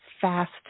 fast